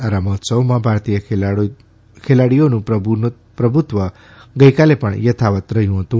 આ રમતોત્સવમાં ભારતીય ખેલાડીઓનું પ્રભુત્વ ગઇકાલે પણ યથાવત રહ્યું હતું